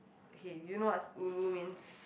okay do you know what's ulu means